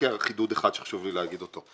רק חידוד אחד שחשוב לי להגיד אותו: